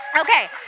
Okay